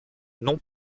non